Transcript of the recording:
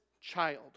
child